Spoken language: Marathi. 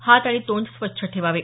हात आणि तोंड स्वच्छ ठेवावं